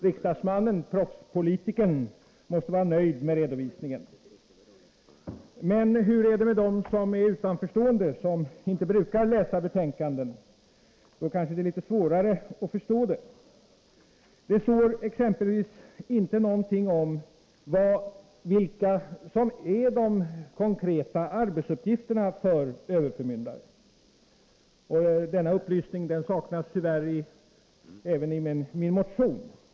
Riksdagsmannen, proffspolitikern, måste vara nöjd med redovisningen. Men hur är det för de utomstående, de som inte brukar läsa betänkanden? De har kanske litet svårare att förstå betänkandet. Det står exempelvis ingenting om vilka konkreta arbetsuppgifter en överförmyndare har. Tyvärr saknas det upplysning härom även i min motion.